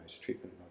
treatment